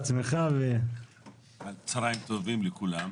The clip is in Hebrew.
אחמד וואשחי צהריים טובים לכולם.